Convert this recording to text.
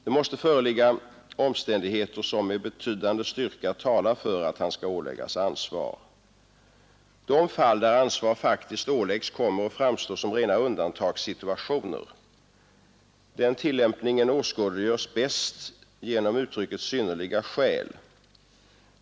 Det måste föreligga omständigheter som med betydande styrka talar för att han skall åläggas ansvar. De fall där ansvar faktiskt åläggs kommer att framstå som rena undantagssituationer. Den tillämpningen åskådliggörs bäst genom uttrycket ”synnerliga skäl”.